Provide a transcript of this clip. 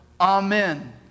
Amen